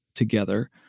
Together